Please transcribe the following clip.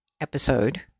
episode